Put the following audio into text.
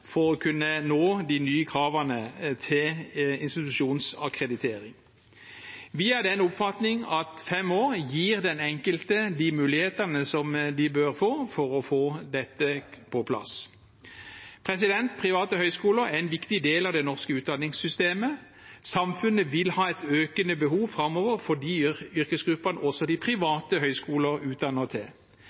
nye kravene til institusjonsakkreditering. Vi er av den oppfatning at fem år gir den enkelte de mulighetene som de bør ha for å få dette på plass. Private høyskoler er en viktig del av det norske utdanningssystemet. Samfunnet vil ha et økende behov framover for de yrkesgruppene også de private